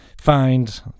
find